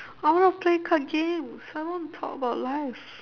I wanna play card games I wanna talk about life